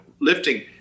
lifting